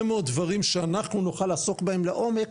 מאוד דברים שאנחנו נוכל לעסוק בהם לעומק